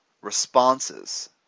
responses